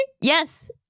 Yes